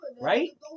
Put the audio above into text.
Right